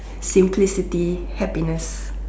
simplicity happiness